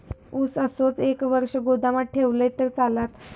ऊस असोच एक वर्ष गोदामात ठेवलंय तर चालात?